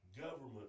government